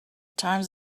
times